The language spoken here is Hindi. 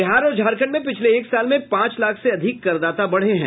बिहार और झारखण्ड में पिछले एक साल में पांच लाख से अधिक करदाता बढ़े हैं